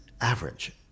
average